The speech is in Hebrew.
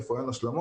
איפה אין השלמות.